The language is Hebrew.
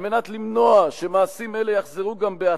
על מנת למנוע שמעשים אלה יחזרו גם בעתיד,